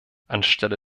anstelle